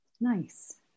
Nice